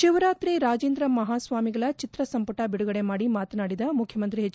ಶಿವರಾತ್ರಿ ರಾಜೇಂದ್ರ ಮಹಾಸ್ವಾಮಿಗಳ ಚಿತ್ರಸಂಪುಟ ಬಿದುಗಡೆ ಮಾಡಿ ಮಾತನಾಡಿದ ಮುಖ್ಯಮಂತ್ರಿ ಎಚ್